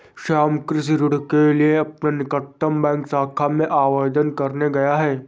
श्याम कृषि ऋण के लिए अपने निकटतम बैंक शाखा में आवेदन करने गया है